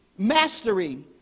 mastery